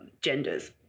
genders